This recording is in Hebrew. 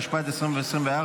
התשפ"ד 2024,